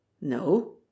No